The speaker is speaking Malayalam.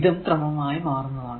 ഇതും ക്രമമായി മാറുന്നതാണ്